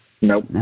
Nope